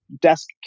desk